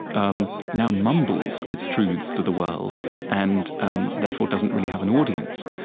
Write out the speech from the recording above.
um now mumbles its truths to the world and um therefore doesn't really have an audience.